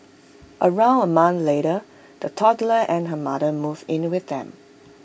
around A month later the toddler and her mother moved in with them